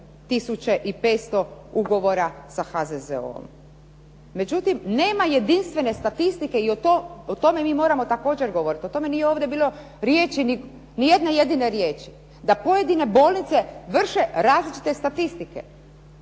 2500 ugovora sa HZZO-om. Međutim, nema jedinstvene statistike i o tome mi moramo također govoriti, o tome nije ovdje bilo riječi, ni jedne jedine riječi da pojedine bolnice vrše različite statistike,